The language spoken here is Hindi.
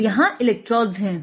और यहाँ इलेक्ट्रोड्स हैं